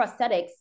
prosthetics